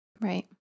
Right